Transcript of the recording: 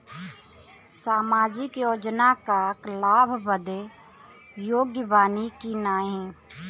सामाजिक योजना क लाभ बदे योग्य बानी की नाही?